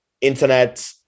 Internet